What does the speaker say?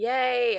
Yay